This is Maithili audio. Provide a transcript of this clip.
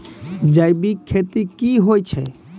जैविक खेती की होय छै?